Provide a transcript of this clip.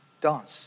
dance